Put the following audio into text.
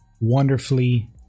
wonderfully